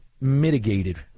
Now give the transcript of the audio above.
mitigated